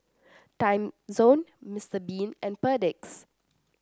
Timezone Mister Bean and Perdix